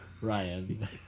Ryan